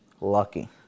Lucky